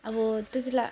अब त्यति बेला